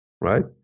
right